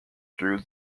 through